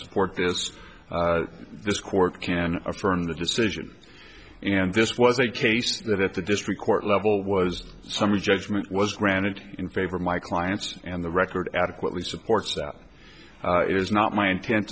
support this this court can affirm the decision and this was a case that the district court level was summary judgment was granted in favor of my clients and the record adequately supports that it is not my inten